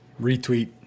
retweet